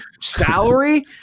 salary